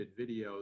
videos